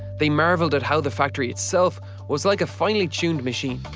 they marveled at how the factory itself was like a finely tuned machine,